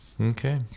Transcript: okay